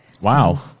Wow